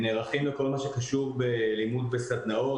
לכל מה שקשור בלימוד בסדנאות,